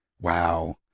Wow